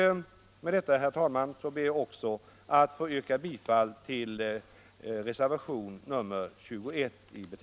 Med detta ber jag att få yrka bifall till reservationen 21.